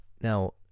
Now